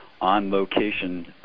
on-location